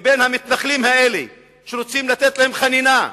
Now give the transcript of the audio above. מבין המתנחלים האלה, שרוצים לתת להם חנינה,